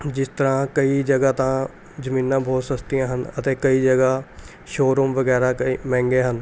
ਜਿਸ ਤਰ੍ਹਾਂ ਕਈ ਜਗ੍ਹਾ ਤਾਂ ਜ਼ਮੀਨਾਂ ਬਹੁਤ ਸਸਤੀਆਂ ਹਨ ਅਤੇ ਕਈ ਜਗ੍ਹਾ ਸ਼ੋਅਰੂਮ ਵਗੈਰਾ ਕਈ ਮਹਿੰਗੇ ਹਨ